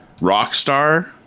Rockstar